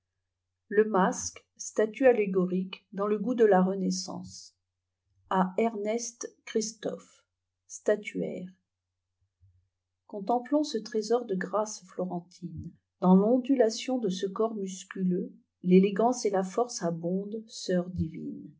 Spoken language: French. le masque statue allégorique dans le gout de la renaissamcb a ernest christophe statuaire contemplons ce trésor de grâces florentines dans tondulation de ce corps musculeuxl'élégance et la force abondent sœurs divines